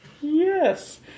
Yes